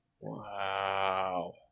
Wow